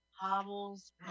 hobbles